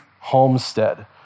Homestead